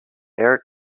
eric